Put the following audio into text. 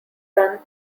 son